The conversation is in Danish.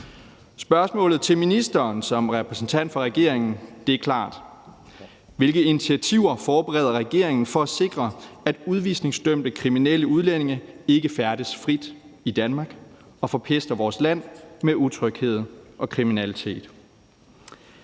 Spørgsmålet til ministeren som repræsentant for regeringen er klart: Hvilke initiativer forbereder regeringen for at sikre, at udvisningsdømte kriminelle udlændinge ikke færdes frit i Danmark og forpester vores land med utryghed og kriminalitet?